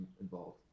involved